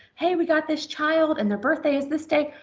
hey, we got this child and their birthday is this day.